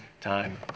time